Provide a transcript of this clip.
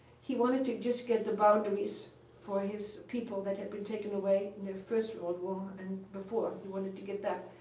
he wanted to just get the boundaries for his people that had been taken away in the first world war and before. he wanted to get that.